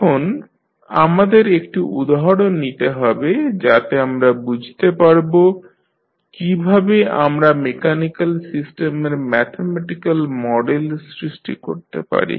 এখন আমাদের একটি উদাহরণ নিতে হবে যাতে আমরা বুঝতে পারব কীভাবে আমরা মেকানিক্যাল সিস্টেমের ম্যাথমেটিক্যাল মডেল সৃষ্টি করতে পারি